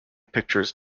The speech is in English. pictures